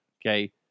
Okay